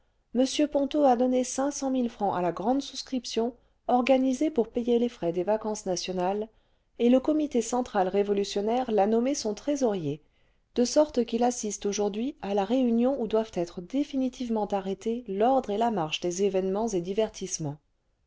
m ponto a donné cinq cent mille francs à la grande souscription organisée pour payer les frais des vacances nationales et le comité central révolutionnaire l'a nommé son trésorier cle sorte qu'il assiste aujourd'hui à la réunion où doivent être définitivement arrêtés l'ordre et la marche des événements et divertissements